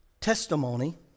testimony